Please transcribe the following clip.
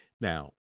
Now